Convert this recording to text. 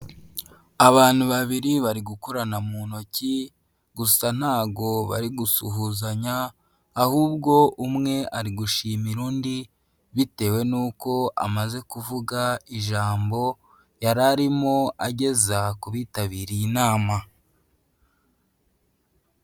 Abantu babiri bari gukorana mu ntoki gusa ntago bari gusuhuzanya ahubwo umwe ari gushimira undi bitewe n'uko amaze kuvuga ijambo yari arimo ageza ku bitabiriye inama.